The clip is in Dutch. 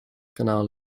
kanaal